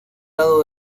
lado